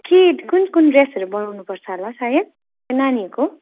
के कुन कुन ड्रेसहरू बनाउनुपर्छ होला सायद नानीहरूको